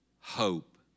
hope